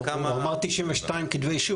בין היתר בשריפה של ציוד חקלאי ובתי אריזה.